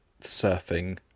surfing